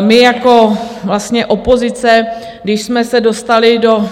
My jako opozice, když jsme se dostali do